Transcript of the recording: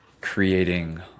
creating